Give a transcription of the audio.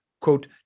quote